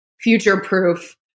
future-proof